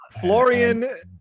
Florian